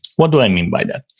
what do i mean by that?